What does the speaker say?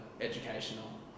educational